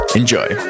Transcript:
Enjoy